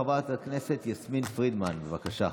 חברת הכנסת יסמין פרידמן, בבקשה.